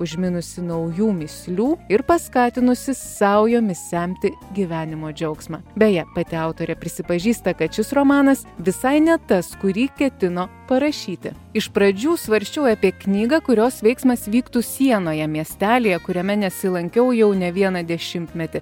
užminusi naujų mįslių ir paskatinusi saujomis semti gyvenimo džiaugsmą beje pati autorė prisipažįsta kad šis romanas visai ne tas kurį ketino parašyti iš pradžių svarsčiau apie knygą kurios veiksmas vyktų sienoje miestelyje kuriame nesilankiau jau ne vieną dešimtmetį